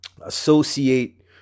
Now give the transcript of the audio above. associate